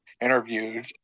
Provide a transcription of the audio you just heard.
interviewed